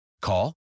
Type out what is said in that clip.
Call